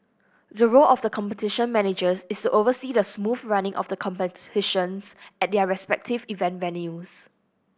the role of the Competition Managers is oversee the smooth running of the competitions at their respective event venues